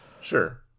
Sure